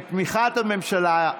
בתמיכת הממשלה.